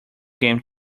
game